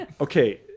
Okay